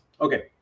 Okay